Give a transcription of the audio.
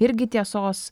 irgi tiesos